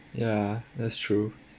ya that's true